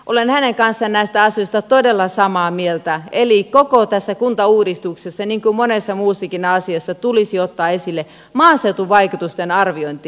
olen hänen kanssaan näistä asioista todella samaa mieltä eli koko tässä kuntauudistuksessa niin kuin monessa muussakin asiassa tulisi ottaa esille maaseutuvaikutusten arviointi